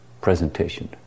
presentation